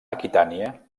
aquitània